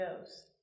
goes